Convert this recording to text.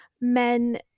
Men